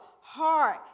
heart